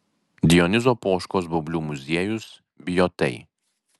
dionizo poškos baublių muziejus bijotai